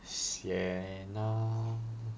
sian lor